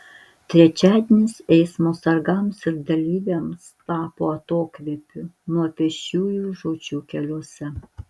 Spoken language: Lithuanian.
trečiadienis eismo sargams ir dalyviams tapo atokvėpiu nuo pėsčiųjų žūčių keliuose